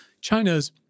China's